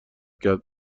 کرد